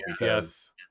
Yes